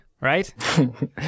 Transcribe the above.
right